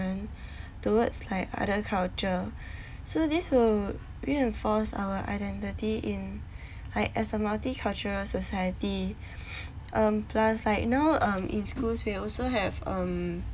towards like other culture so this will reinforce our identity in like as a multicultural society um plus like now um in schools we also have um